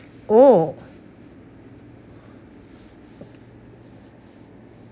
oh